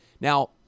Now